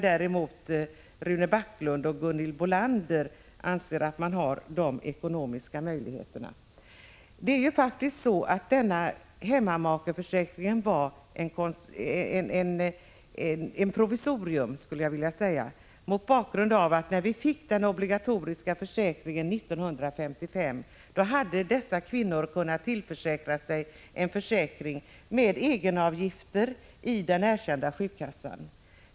Rune Backlund och Gunhild Bolander däremot anser att de ekonomiska möjligheterna att företa denna höjning finns. Denna hemmamakeförsäkring infördes som ett provisorium. När vi fick den obligatoriska försäkringen 1955 hade de berörda kvinnorna kunnat tillförsäkra sig en försäkring med egenavgifter i den erkända sjukkassan.